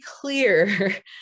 clear